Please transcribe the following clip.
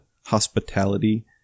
hospitality